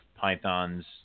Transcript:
Python's